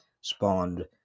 spawned